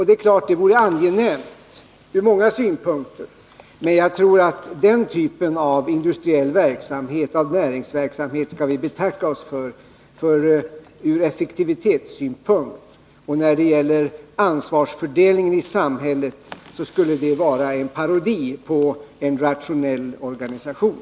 Det vore naturligtvis angenämt från många synpunkter, men jag tror att vi skall betacka oss för den typen av industriell verksamhet, av näringsverksamhet. Från effektivitetssynpunkt och för ansvarsfördelningen i samhället skulle den vara en parodi på rationell organisation.